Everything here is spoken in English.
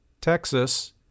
Texas